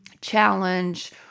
challenge